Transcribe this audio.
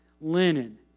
linen